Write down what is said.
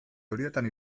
horietan